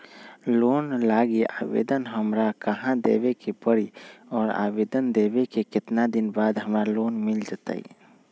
Loan लागी आवेदन हमरा कहां देवे के पड़ी और आवेदन देवे के केतना दिन बाद हमरा लोन मिल जतई?